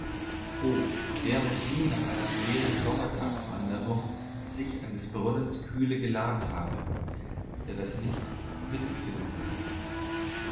der muß nie nach einer schweren sommertagswanderung sich an des brunnens kühle gelabt haben der das nicht mitempfinden kann